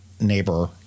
neighbor